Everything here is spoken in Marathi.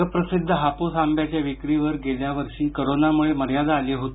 जगप्रसिद्ध हापूस आंब्याच्या विक्रीवर गेल्या वर्षी करोनामुळे मर्यादा आली होती